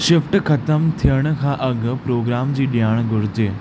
shift ख़तमु थियण खां अॻु प्रोग्राम जी ॼाण घुरिजे